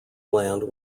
land